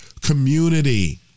Community